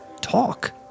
Talk